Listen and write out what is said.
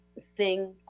sing